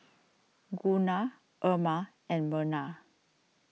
Gunnar Irma and Merna